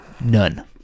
none